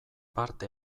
parte